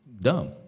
dumb